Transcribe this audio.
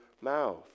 mouth